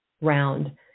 round